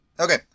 Okay